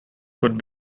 could